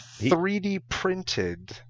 3D-printed